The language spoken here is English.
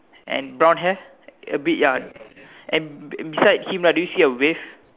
and brown hair a bit ya and beside him do you see a wave